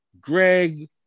Greg